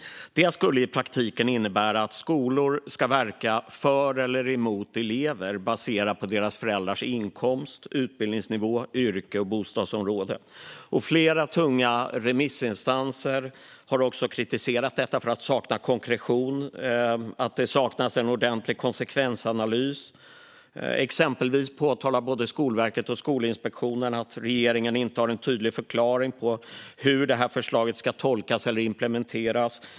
Det skulle i praktiken innebära att skolor ska verka för eller emot elever baserat på deras föräldrars inkomst, utbildningsnivå, yrke och bostadsområde. Flera tunga remissinstanser har kritiserat detta för att sakna konkretion och konsekvensanalys. Exempelvis påpekar både Skolverket och Skolinspektionen att regeringen inte har en tydlig förklaring för hur detta förslag ska tolkas eller implementeras.